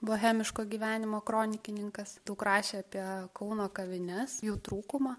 bohemiško gyvenimo kronikininkas daug rašė apie kauno kavines jų trūkumą